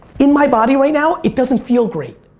in my body right now, it doesn't feel great,